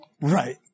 Right